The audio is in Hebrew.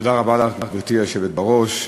גברתי היושבת בראש,